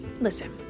listen